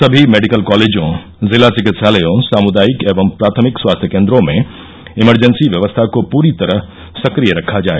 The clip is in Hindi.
समी मेडिकल कॉलेजों जिला चिकित्सालयों सामुदायिक एवं प्राथमिक स्वास्थ्य केन्द्रों में इमरजेंसी व्यवस्था को पूरी तरह सक्रिय रखा जाए